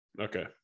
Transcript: Okay